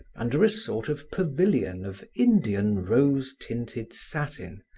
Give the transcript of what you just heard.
under a sort of pavillion of indian rose-tinted satin,